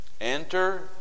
enter